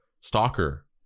stalker